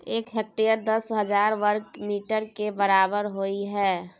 एक हेक्टेयर दस हजार वर्ग मीटर के बराबर होय हय